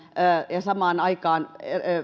ja samaan aikaan